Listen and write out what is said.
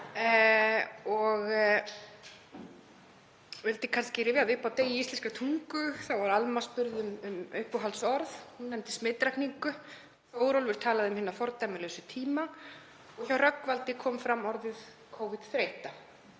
Ég vildi kannski rifja upp að á degi íslenskrar tungu þá var Alma spurð um uppáhaldsorð. Hún nefndi smitrakningu. Þórólfur talaði um hina fordæmalausu tíma og hjá Rögnvaldi kom fram orðið Covid-þreyta.